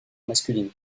masculine